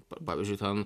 pavyzdžiui ten